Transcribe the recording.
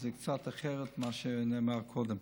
זה קצת אחרת מאשר נאמר קודם.